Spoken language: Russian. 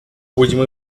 будем